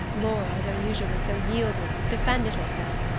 laura, though usually so yielding, defended herself.